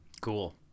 Cool